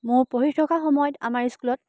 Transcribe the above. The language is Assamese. মোৰ পঢ়ি থকা সময়ত আমাৰ স্কুলত